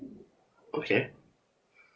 okay